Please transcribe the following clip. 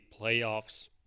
playoffs